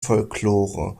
folklore